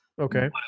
okay